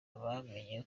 bamenye